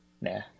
nah